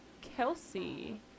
kelsey